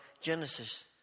Genesis